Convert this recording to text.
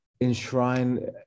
enshrine